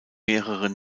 mehrere